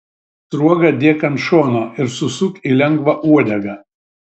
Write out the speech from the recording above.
sruogą dėk ant šono ir susuk į lengvą uodegą